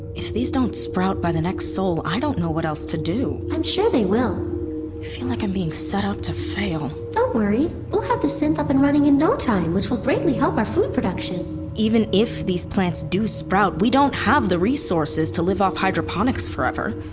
if these don't sprout by the next sol, i don't know what else to do i'm sure they will i feel like i'm being set up to fail don't worry. we'll have the synth up and running in no time which will greatly help our food production even if these plants do sprout, we don't have the resources to live off hydroponics forever.